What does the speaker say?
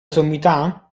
sommità